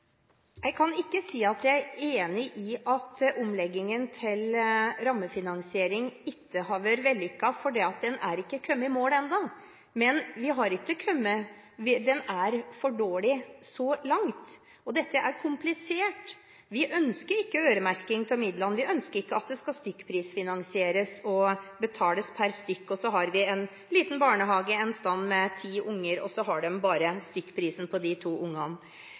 fordi den er ikke kommet i mål ennå. Men den er for dårlig så langt. Dette er komplisert. Vi ønsker ikke øremerking av midlene. Vi ønsker ikke at det skal stykkprisfinansieres og betales per stykk. Dersom vi f. eks. har en liten barnehage et sted med ti unger, så får de bare stykkprisen for de ti ungene.